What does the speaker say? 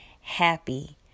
happy